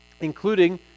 including